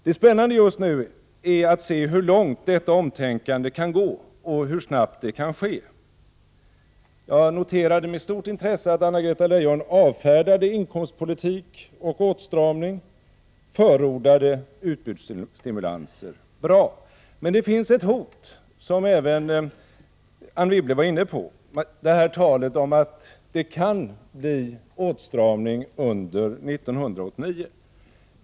Det spännande just nu är att se hur långt detta omtänkande kan gå och hur snabbt det kan ske. Jag noterade med stort intresse att Anna-Greta Leijon avfärdade inkomstpolitik och åtstramning och förordade utbudsstimulanser. Bra! Men det finns ett hot, vilket även Anne Wibble var inne på, nämligen talet om att det kan bli åtstramning under 1989.